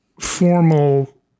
formal